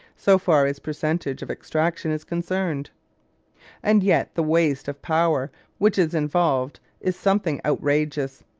so far as percentage of extraction is concerned and yet the waste of power which is involved is something outrageous.